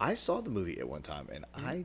i saw the movie at one time and i